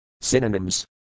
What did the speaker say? Synonyms